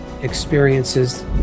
experiences